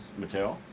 Mattel